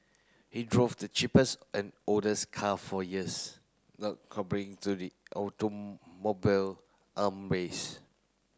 he drove the cheapest and oldest car for years not to the automobile arm race